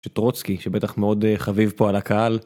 שטרוצקי שבטח מאוד אה... חביב פה על הקהל.